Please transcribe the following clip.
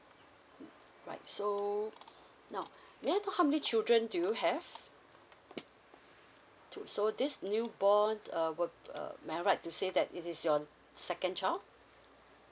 right so now may I know how many children do you have two so this new born uh will uh may I right to say that this is your second child